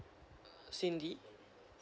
cindy